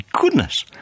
goodness